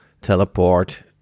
teleport